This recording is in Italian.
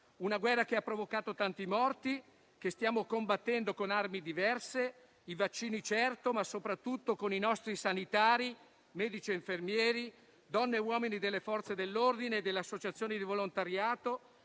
una guerra che ha provocato tanti morti, che stiamo combattendo con armi diverse, certamente con i vaccini, ma soprattutto con i nostri sanitari, medici e infermieri, donne e uomini delle Forze dell'ordine e delle associazioni di volontariato,